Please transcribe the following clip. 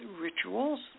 rituals